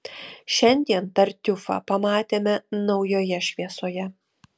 šiandien tartiufą pamatėme naujoje šviesoje